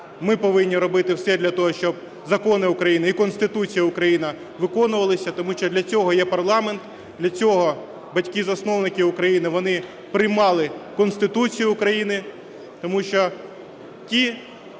Ми повинні робити все для того, щоб закони України і Конституція України виконувалися, тому що для цього є парламент, для цього батьки-засновники України, вони приймали Конституцію України. Тому що ті